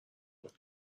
داد